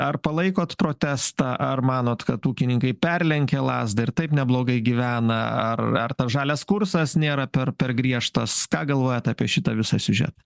ar palaikot protestą ar manot kad ūkininkai perlenkė lazdą ir taip neblogai gyvena ar ar tas žalias kursas nėra per per griežtas ką galvojat apie šitą visą siužetą